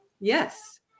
Yes